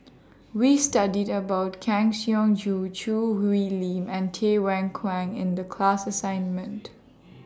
We studied about Kang Siong Joo Choo Hwee Lim and Tay Why Kwang in The class assignment